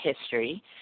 history